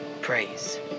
Praise